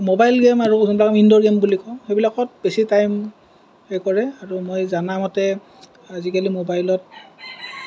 mobile game আৰু যোনবিলাক indoor game বুলি কওঁ সেইবিলাকত বেচি টাইম সেই কৰে আৰু মই জনামতে আজিকালি ম'বাইলত